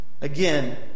again